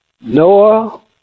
Noah